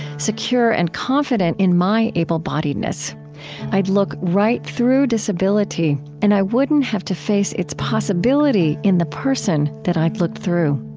secure and confident in my able-bodiedness i'd look right through disability, and i wouldn't have to face its possibility in the person that i'd looked through.